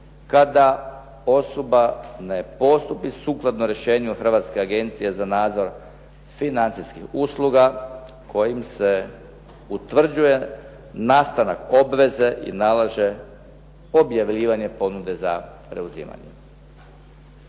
kada osoba ne postupi sukladno rješenju Hrvatske agencije za nadzor financijskih usluga kojim se utvrđuje nastanak obveze i nalaže objavljivanje ponude za preuzimanje.